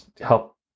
help